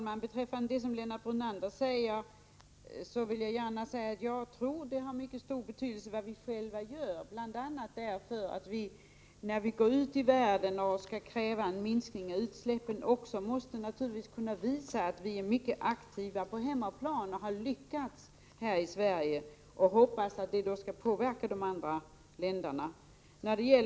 Herr talman! Till Lennart Brunander vill jag gärna säga att jag tror att det har mycket stor betydelse vad vi själva gör, bl.a. när vi går ut i världen och kräver en minskning av utsläppen. Då måste vi naturligtvis kunna visa att vi är mycket aktiva på hemmaplan och har lyckats här i Sverige. Det är viktigt för att vi skall kunna påverka andra länder.